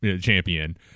champion